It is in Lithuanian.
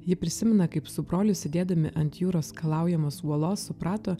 ji prisimena kaip su broliu sėdėdami ant jūros skalaujamos uolos suprato